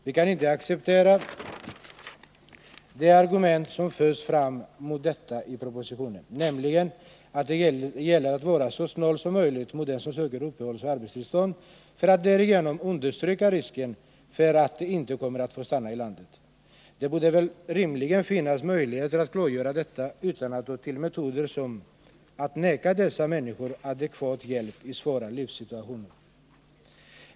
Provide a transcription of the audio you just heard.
Vi kan inte acceptera det argument som förs fram mot detta i propositionen, nämligen att det gäller att vara så snål som möjligt mot dem som söker uppehållsoch arbetstillstånd, för att därigenom understryka risken för att de inte kommer att få stanna i landet. Det borde väl rimligen finnas möjligheter att klargöra detta utan att ta till metoder som att vägra dessa människor adekvat hjälp i svåra livssituationer.